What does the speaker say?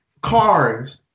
cars